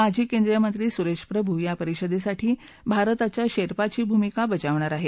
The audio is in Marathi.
माजी केंद्रीय मंत्री सुरेश प्रभू या परिषदेसाठी भारताच्या शेर्पाची भूमिका बजावणार आहेत